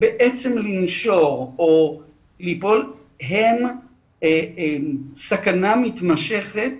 בעצם לנשור או ליפול, הם סכנה מתמשכת